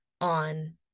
on